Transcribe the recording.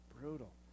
brutal